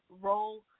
role